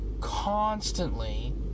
constantly